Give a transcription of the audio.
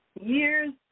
Years